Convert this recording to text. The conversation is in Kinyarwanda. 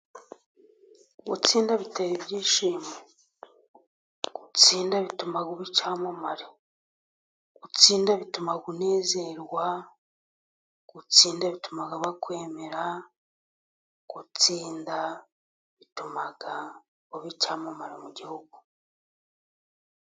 Gutsinda bitera ibyishimo. Gutsinda bituma uba icyamamare. Gutsinda bituma unezerwa, gutsinda bituma bakwemera, gutsinda bituma uba icyamamare mu gihugu.